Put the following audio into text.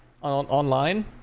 online